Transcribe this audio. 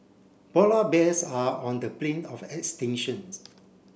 polar bears are on the brink of extinctions